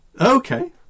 Okay